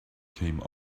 came